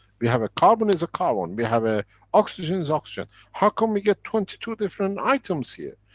we have a carbon, is a carbon. we have ah oxygen, is oxygen. how can we get twenty two different items here?